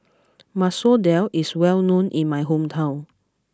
Masoor Dal is well known in my hometown